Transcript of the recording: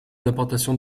d’importation